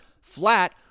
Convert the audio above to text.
flat